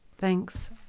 Thanks